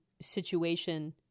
situation